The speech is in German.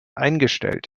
eingestellt